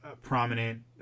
prominent